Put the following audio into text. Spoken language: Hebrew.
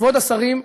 כבוד השרים,